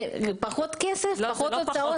זה היה פחות כסף ופחות הוצאות.